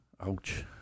Ouch